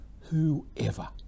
Whoever